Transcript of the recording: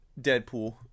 Deadpool